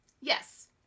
Yes